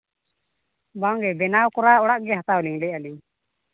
ᱵᱟᱝᱜᱮ ᱵᱮᱱᱟᱣ ᱠᱚᱨᱟ ᱚᱲᱟᱜ ᱜᱮ ᱦᱟᱛᱟᱣ ᱞᱤᱧ ᱞᱟᱹᱭᱮᱫᱼᱟᱹᱞᱤᱧ